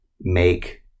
make